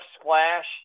splash